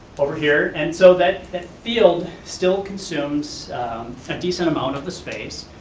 over here, and so that that field still consumes a decent amount of the space,